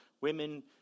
Women